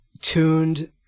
tuned